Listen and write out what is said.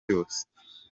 yose